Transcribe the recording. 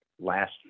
last